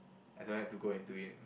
I don't have to go into it